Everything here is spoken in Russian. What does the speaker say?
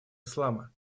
ислама